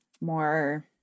more